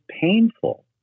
painful